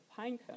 pinecone